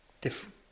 different